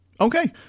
Okay